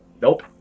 Nope